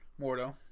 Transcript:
Mordo